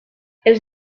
els